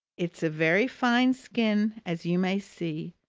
it's a very fine skin, as you may see,